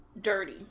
dirty